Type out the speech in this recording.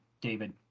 David